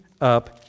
up